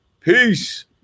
Peace